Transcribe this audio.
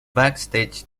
backstage